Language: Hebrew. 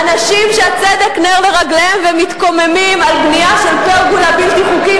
אנשים שהצדק נר לרגליהם ומתקוממים על בנייה של פרגולה בלתי חוקית